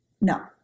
No